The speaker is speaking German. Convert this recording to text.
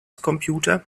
computer